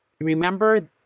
remember